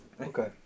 Okay